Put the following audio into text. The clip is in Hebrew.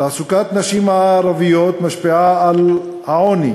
תעסוקת נשים ערביות משפיעה על העוני